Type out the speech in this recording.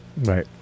Right